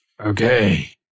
Okay